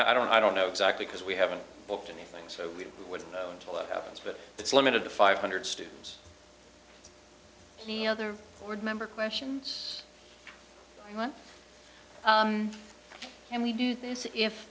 i don't i don't know exactly because we haven't booked anything so we wouldn't know until that happens but it's limited to five hundred students he other board member questions and we do this if